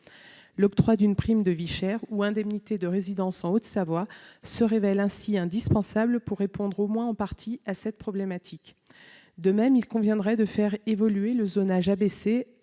L'octroi d'une prime de vie chère ou d'une indemnité de résidence en Haute-Savoie se révèle ainsi indispensable pour répondre au moins en partie à cette problématique. De même, il conviendrait de faire évoluer le zonage ABC